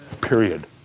Period